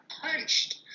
punched